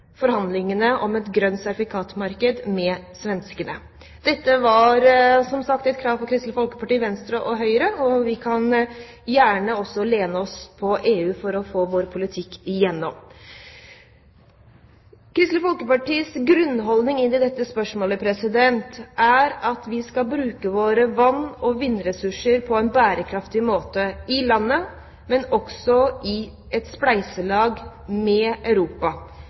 forhandlingene om et grønt sertifikatmarked med svenskene. Dette var, som sagt, et krav fra Kristelig Folkeparti, Venstre og Høyre, og vi kan gjerne også lene oss på EU for å få vår politikk igjennom. Kristelig Folkepartis grunnholdning i dette spørsmålet er at vi skal bruke våre vann- og vindressurser på en bærekraftig måte i landet, men også i et spleiselag med Europa